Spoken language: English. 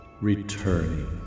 returning